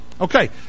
Okay